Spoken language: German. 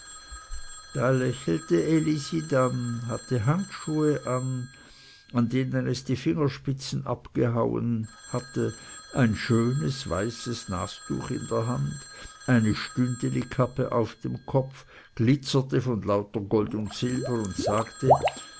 da lächelte elisi dann hatte handschuhe an an denen die fingerspitzen abgehauen waren ein schönes weißes nastuch in der hand eine stündelikappe auf dem kopf glitzerte von lauter gold und silber sagte